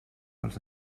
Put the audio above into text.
els